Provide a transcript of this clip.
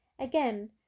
Again